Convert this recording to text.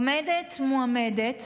עומדת מועמדת